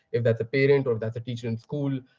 if that's a parent or if that's a teacher in school.